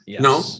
No